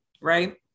Right